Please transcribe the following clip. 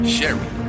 Sherry